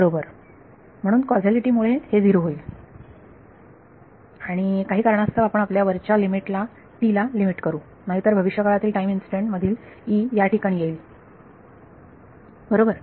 बरोबर म्हणून कॉजॅलिटि मुळे हे 0 होईल आणि काही कारणास्तव आपण आपल्या वरच्या लिमिट ला t ला लिमिट करू नाहीतर भविष्यकाळातील टाईम इन्स्टंट मधील E याठिकाणी येईल बरोबर